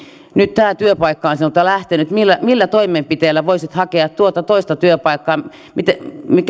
nyt tämä työpaikka on sinulta lähtenyt millä millä toimenpiteillä voisit hakea tuota toista työpaikkaa